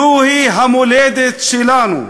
זוהי המולדת שלנו,